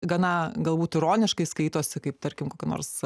gana galbūt ironiškai skaitosi kaip tarkim kokia nors